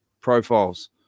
profiles